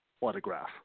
autograph